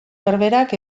berberak